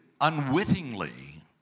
unwittingly